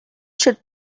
should